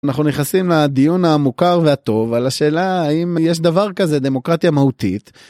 אנחנו נכנסים לדיון המוכר והטוב על השאלה האם יש דבר כזה, דמוקרטיה מהותית